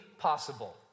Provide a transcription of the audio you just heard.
possible